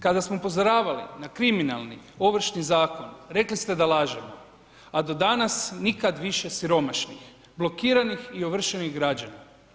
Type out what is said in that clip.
Kada smo upozoravali na kriminalni Ovršni zakon rekli ste da lažemo, a do danas nikad više siromašnih, blokiranih i ovršenih građana.